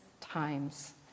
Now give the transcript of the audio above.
times